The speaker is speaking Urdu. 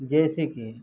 جیسے کہ